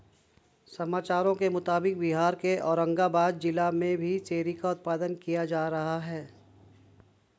समाचारों के मुताबिक बिहार के औरंगाबाद जिला में भी चेरी का उत्पादन किया जा रहा है